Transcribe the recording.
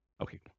Okay